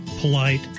polite